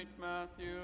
Matthew